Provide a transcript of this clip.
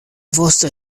vosto